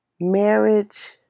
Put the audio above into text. Marriage